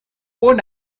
worn